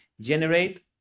generate